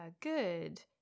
good